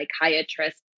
psychiatrist